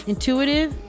Intuitive